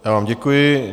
Já vám děkuji.